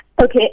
Okay